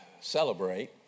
celebrate